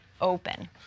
open